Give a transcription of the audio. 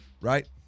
right